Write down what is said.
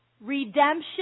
redemption